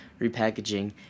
repackaging